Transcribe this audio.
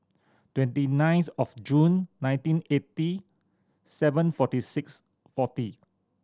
twenty ninth of June nineteen eighty seven forty six forty